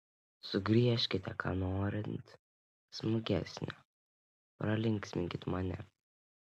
sugriežkite ką norint smagesnio pralinksminkit mane